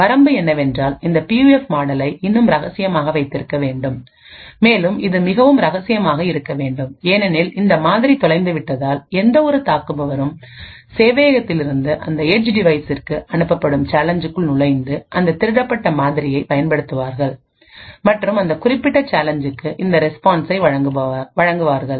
வரம்பு என்னவென்றால் இந்த பியூஎஃப் மாடலை இன்னும் ரகசியமாக வைத்திருக்க வேண்டும் மேலும் இது மிகவும் ரகசியமாக இருக்க வேண்டும் ஏனெனில் இந்த மாதிரி தொலைந்துவிட்டதால் எந்தவொரு தாக்குபவரும் சேவையகத்திலிருந்து அந்த ஏட்ஜ் டிவைஸ்சிற்கு அனுப்பப்படும் சேலஞ்சுக்குள் நுழைந்து அந்த திருடப்பட்ட மாதிரியைப் பயன்படுத்துவார்கள் மற்றும் அந்த குறிப்பிட்ட சேலஞ்சுக்கு இந்த ரெஸ்பான்ஸை வழங்குவார்கள்